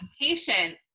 patient